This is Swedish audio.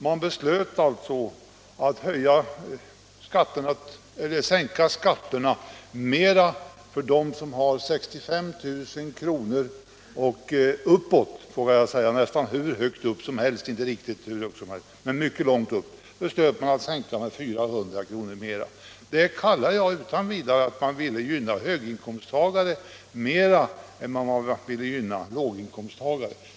Man beslöt alltså att sänka skatterna mera för dem som har 65 000 kr. och uppåt — inte riktigt hur högt upp som helst men mycket långt. När man beslöt att ge dessa människor 400 kr. mera så kallar jag det utan vidare att man ville gynna höginkomsttagare mera än man ville gynna låginkomsttagare.